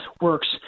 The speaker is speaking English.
works